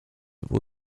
był